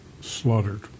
Slaughtered